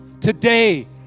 today